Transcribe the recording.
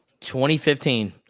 2015